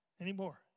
anymore